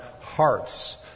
hearts